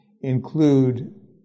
include